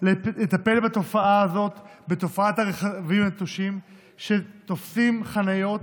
לטפל בתופעת הרכבים הנטושים שתופסים חניות,